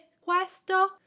questo